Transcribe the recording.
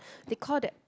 they call that